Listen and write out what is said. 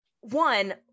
one